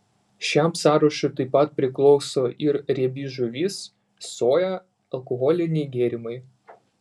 šiam sąrašui taip pat priklauso ir riebi žuvis soja alkoholiniai gėrimai